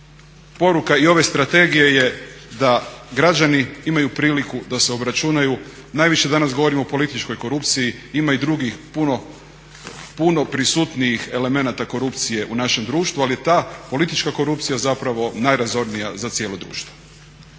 poruka i ove strategije je da građani imaju priliku da se obračunaju. Najviše danas govorimo o političkoj korupciji. Ima i drugih puno prisutnijih elemenata korupcije u našem društvu, ali je ta politička korupcija zapravo najrazornija za cijelo društvo.